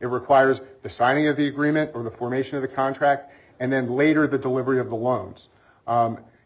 it requires the signing of the agreement or the formation of the contract and then later the delivery of the loans